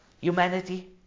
Humanity